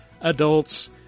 adults